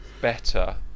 better